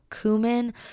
cumin